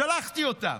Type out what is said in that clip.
שלחתי אותם,